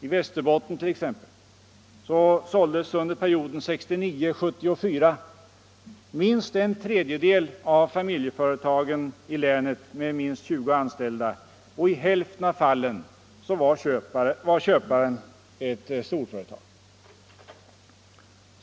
I Västerbotten t.ex. såldes under perioden 1969-1974 minst 1/3 av familjeföretagen i länet med lägst 20 anställda, och i hälften av fallen var köparen ett storföretag.